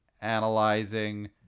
analyzing